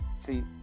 see